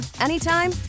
anytime